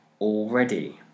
already